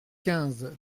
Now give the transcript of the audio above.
quinze